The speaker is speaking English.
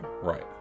Right